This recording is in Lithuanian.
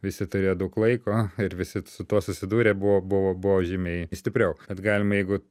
visi turėjo daug laiko ir visi su tuo susidūrę buvo buvo buvo žymiai stipriau bet galima jeigu